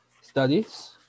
studies